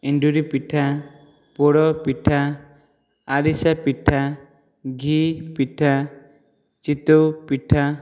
ଏଣ୍ଡୁରିପିଠା ପୋଡ଼ପିଠା ଆରିସା ପିଠା ଘିଅ ପିଠା ଚିତଉ ପିଠା